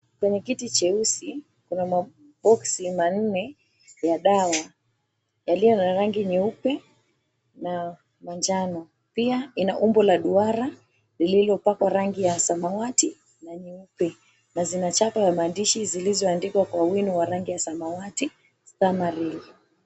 Kwenye kiti cheusi kuna maboksi manne ya dawa yaliyo na rangi nyeupe na manjano. Pia ina umbo la duara lililopakwa rangi ya samawati na nyeupe na zina chapa ya maandishi zilizoandikwa kwa wino wa rangi ya samawati, "Stamaril".